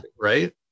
right